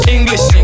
English